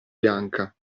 bianca